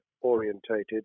orientated